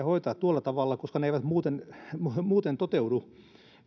hoitaa tuolla tavalla koska ne eivät muuten muuten toteudu